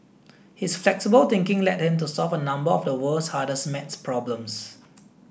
his flexible thinking led him to solve a number of the world's hardest math problems